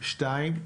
שניים,